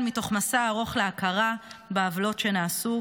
מתוך מסע ארוך להכרה בעוולות שנעשו,